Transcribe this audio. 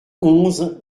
onze